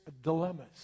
dilemmas